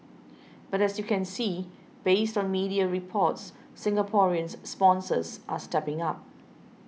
but as you see based on media reports Singaporean sponsors are stepping up